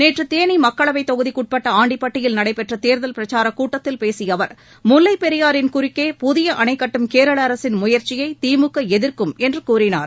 நேற்று தேனி மக்களவைத் தொகுதிக்குட்பட்ட ஆண்டிப்பட்டியில் நடைபெற்ற தேர்தல் பிரச்சாரக் கூட்டத்தில் பேசிய அவர் முல்லை பெரியாறு ஆற்றின் குறுக்கே புதிய அணை கட்டும் கேரள அரசின் முயற்சியை திமுக எதிர்க்கும் என்று கூறினார்